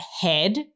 head